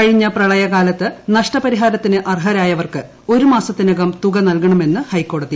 കഴിഞ്ഞ പ്രളയക്കാലത്ത് നഷ്ടപ്പരിഹാരത്തിന് അർഹരായവർക്ക് ഒരുമാസ്ത്തിനകം തുക നല്കണമെന്ന് ഹൈക്കോടതി